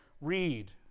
read